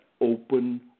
open